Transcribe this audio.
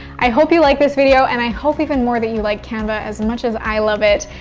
i hope you liked this video and i hope even more that you like canva as much as i love it.